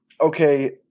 okay